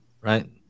right